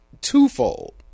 Twofold